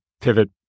pivot